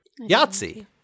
Yahtzee